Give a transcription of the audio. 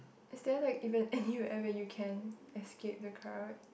is there like even anywhere where you can escape the crowd